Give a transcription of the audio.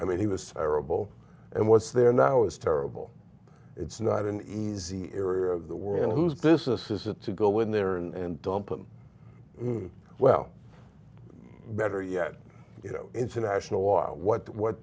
i mean he was terrible and what's there now is terrible it's not an easy area of the world and whose business is it to go in there and dump and well better yet you know international law what what